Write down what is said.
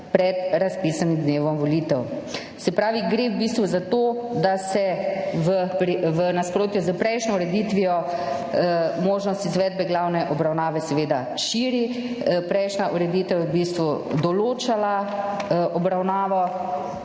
pred razpisanim dnevom volitev. Se pravi, gre v bistvu za to, da se v nasprotju s prejšnjo ureditvijo možnost izvedbe glavne obravnave seveda širi, prejšnja ureditev je v bistvu določala obravnavo